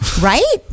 Right